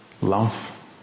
love